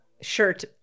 shirt